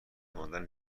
ماندن